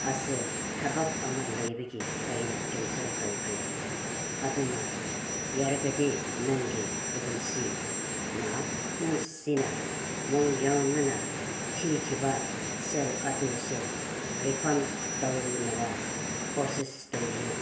ꯑꯁꯦ ꯊꯕꯛ ꯑꯃ ꯂꯩꯕꯒꯤ ꯑꯩꯅ ꯀꯦꯟꯁꯦꯜ ꯇꯧꯈ꯭ꯔꯦ ꯑꯗꯨꯅ ꯌꯥꯔꯒꯗꯤ ꯅꯪꯒꯤ ꯑꯦꯖꯦꯟꯁꯤꯅ ꯅꯨꯡꯁꯤꯅ ꯃꯥꯡꯑꯣꯏꯅꯅ ꯊꯤꯈꯤꯕ ꯁꯦꯜ ꯑꯗꯨꯁꯦ ꯔꯤꯐꯟ ꯇꯧꯅꯕ ꯄ꯭ꯔꯣꯁꯦꯁ ꯇꯧꯕꯤꯌꯨ